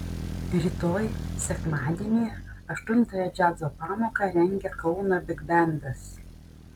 rytoj sekmadienį aštuntąją džiazo pamoką rengia kauno bigbendas